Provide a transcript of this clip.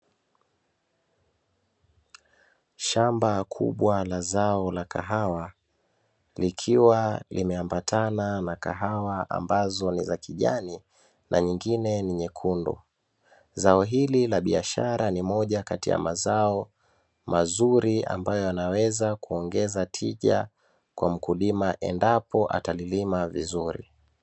Shamba kubwa la zao la kahawa likiwa limeambatana na kahawa ambazo ni za kijani na nyingine ni nyekundu, zao hili la biashara ni moja kati ya mazao mazuri ambayo yanaweza kuongeza tija kwa mkulima endapo atalilima vizuri.